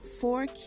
Four